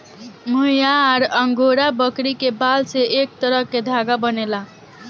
मोहयार angora बकरी के बाल से एक तरह के धागा बनेला